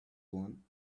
one